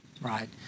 Right